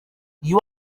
you